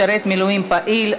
משרת מילואים פעיל),